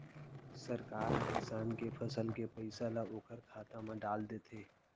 सरकार ह किसान के फसल के पइसा ल ओखर खाता म डाल देथे